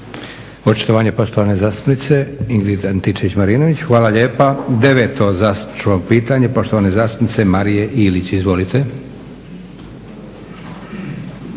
Očitovanje poštovane zastupnice Ingrid Antičević-Marinović. Hvala lijepa. **Leko, Josip (SDP)** Deveto zastupničko pitanje, poštovane zastupnice Marije Ilić. Izvolite.